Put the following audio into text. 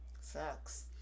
sucks